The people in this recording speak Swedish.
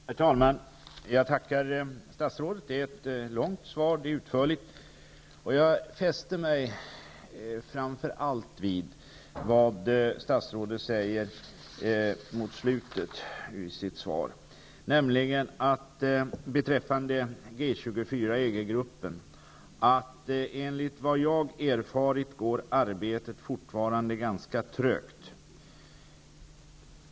Herr talman! Jag tackar statsrådet för svaret. Det är ett långt och utförligt svar. Jag fäste mig framför allt vid vad statsrådet säger mot slutet i sitt svar beträffande G-24-EG-gruppen: ''Enligt vad jag erfarit går arbetet fortfarande ganska trögt''.